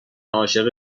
عاشق